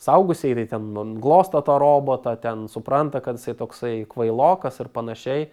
suaugusieji tai ten glosto tą robotą ten supranta kad jisai toksai kvailokas ir panašiai